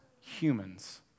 humans